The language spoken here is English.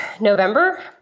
November